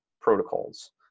protocols